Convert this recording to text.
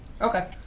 Okay